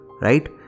Right